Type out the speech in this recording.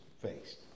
faced